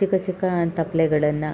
ಚಿಕ್ಕ ಚಿಕ್ಕ ತಪ್ಲೆಗಳನ್ನು